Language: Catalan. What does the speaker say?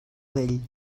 vell